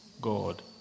God